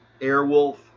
Airwolf